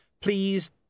Please